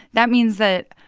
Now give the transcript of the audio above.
that means that,